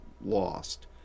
lost